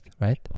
right